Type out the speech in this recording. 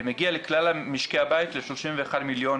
מגיע לכלל משקי הבית ל-31 מיליון